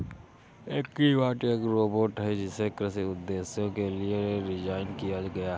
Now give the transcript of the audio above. agribot एक robot है जिसे कृषि उद्देश्यों के लिए डिज़ाइन किया गया है